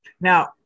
Now